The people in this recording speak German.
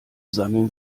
sammeln